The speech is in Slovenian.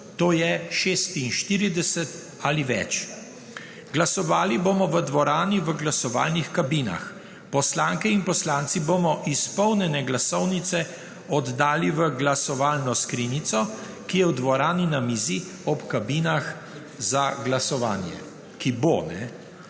to je 46 ali več. Glasovali bomo v dvorani v glasovalnih kabinah. Poslanke in poslanci bomo izpolnjene glasovnice oddali v glasovalno skrinjico, ki bo v dvorani na mizi ob kabinah za glasovanje. Preden